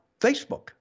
Facebook